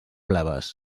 blaves